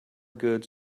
goods